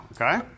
Okay